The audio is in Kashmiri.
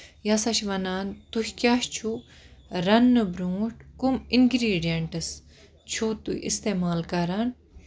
یہِ سا چھُ وَنان تُہۍ کیاہ چھُو رَنٕنہٕ برونٹھ کَم اِنگریٖڈینٹٔس چھُو تُہۍ اِستعمال کران